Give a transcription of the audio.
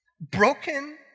broken